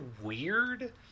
weird